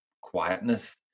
quietness